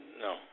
No